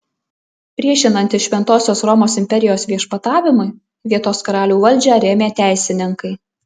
priešinantis šventosios romos imperijos viešpatavimui vietos karalių valdžią rėmė teisininkai